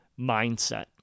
mindset